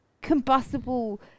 combustible